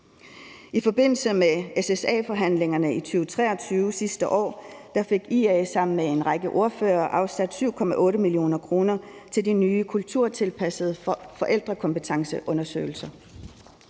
I forbindelse med SSA-forhandlingerne i 2023 sidste år fik IA sammen med en række ordførere afsat 7,8 mio. kr. til de nye kulturtilpassede forældrekompetenceundersøgelser.